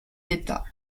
d’état